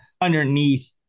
underneath